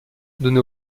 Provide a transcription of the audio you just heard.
donnée